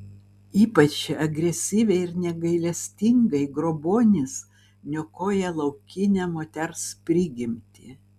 ypač agresyviai ir negailestingai grobuonis niokoja laukinę moters prigimtį